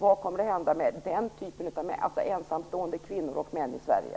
Vad kommer att hända med den typen av fall, dvs. ensamstående kvinnor och män i Sverige?